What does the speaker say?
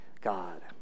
God